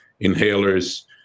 inhalers